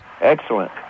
Excellent